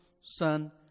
son